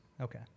Okay